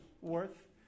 worth